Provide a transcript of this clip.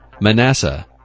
Manasseh